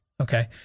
okay